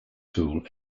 tool